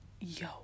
yo